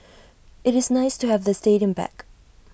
IT is nice to have the stadium back